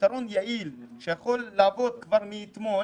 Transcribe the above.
פתרון יעיל שיכול לעבוד כבר מאתמול